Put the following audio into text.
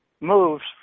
moves